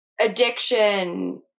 addiction